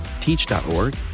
teach.org